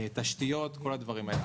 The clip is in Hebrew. תשתיות, כל הדברים האלה.